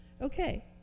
Okay